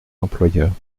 employeurs